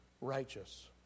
righteous